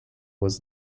was